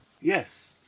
yes